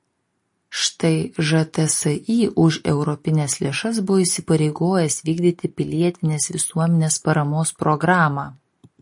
štai žtsi už europines lėšas buvo įsipareigojęs vykdyti pilietinės visuomenės paramos programą